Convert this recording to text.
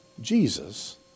Jesus